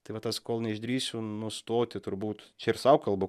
tai va tas kol neišdrįsiu nustoti turbūt čia ir sau kalbu